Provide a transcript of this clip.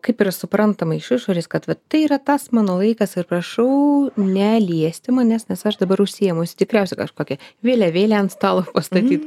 kaip yra suprantama iš išorės kad vat tai yra tas mano laikas ir prašau neliesti manęs nes aš dabar užsiėmus tikriausia kažkokia vėliavėlė ant stalo pastatyt